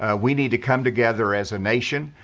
ah we need to come together as a nation.